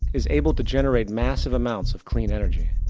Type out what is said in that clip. is able to generate massive amounts of clean energy.